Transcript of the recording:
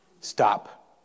Stop